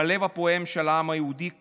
בלב הפועם של העם היהודי כולו.